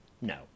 No